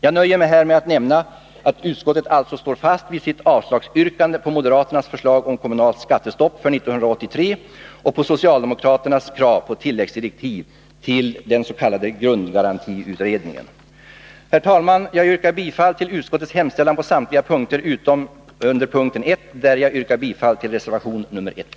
Jag nöjer mig här med att nämna att utskottet alltså står fast vid sitt avslagsyrkande på moderaternas förslag om kommunalt skattestopp för 1983 och på socialdemokraternas krav på tilläggsdirektiv till den s.k. grundgarantiutredningen. Herr talman! Jag yrkar bifall till utskottets hemställan på samtliga punkter utom under punkten 1, där jag yrkar bifall till reservation nr 1.